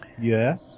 Yes